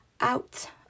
out